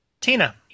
tina